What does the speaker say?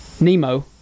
Nemo